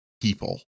people